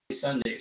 Sunday